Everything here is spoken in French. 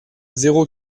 zéro